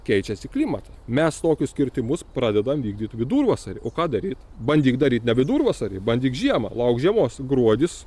keičiasi klimatas mes tokius kirtimus pradedam vykdyt vidurvasarį o ką daryt bandyk daryt ne vidurvasarį bandyk žiemą lauk žiemos gruodis